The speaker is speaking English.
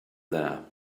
there